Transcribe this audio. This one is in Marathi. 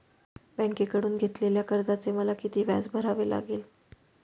बँकेकडून घेतलेल्या कर्जाचे मला किती व्याज भरावे लागेल?